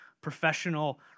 professional